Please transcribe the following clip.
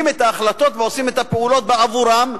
את ההחלטות ועושים את הפעולות בעבורם,